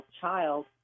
child